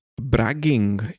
bragging